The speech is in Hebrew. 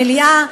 המליאה,